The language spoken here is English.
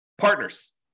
Partners